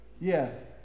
Yes